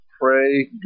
Pray